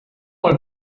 mal